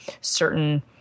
Certain